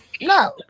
no